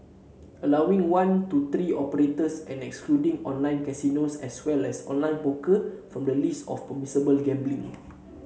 allowing one to three operators and excluding online casinos as well as online poker from the list of permissible gambling